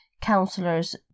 counselors